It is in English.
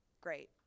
Great